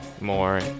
more